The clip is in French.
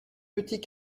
petits